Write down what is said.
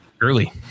early